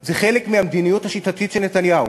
זה חלק מהמדיניות השיטתית של נתניהו.